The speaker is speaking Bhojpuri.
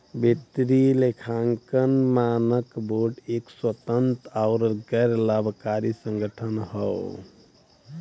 वित्तीय लेखांकन मानक बोर्ड एक स्वतंत्र आउर गैर लाभकारी संगठन हौ